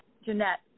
Jeanette